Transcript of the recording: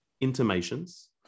intimations